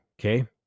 okay